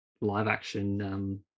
live-action